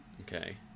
okay